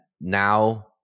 now